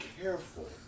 careful